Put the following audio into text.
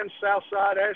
Southside